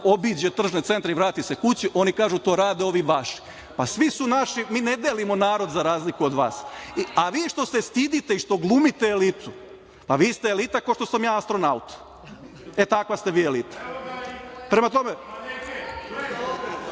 obiđe tržne centre i vrati se kući, oni kažu – to rade ovi vaši. Pa svi su naši, mi ne delimo narod, za razliku od vas. Vi što se stidite i što glumite elitu, pa vi ste elita kao što sam ja astronaut. E takva ste vi elita.(Aleksandar